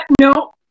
No